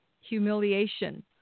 humiliation